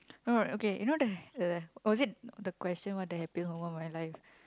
no okay you know the the or is it the question what the happiest moment of my life